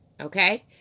Okay